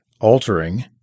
altering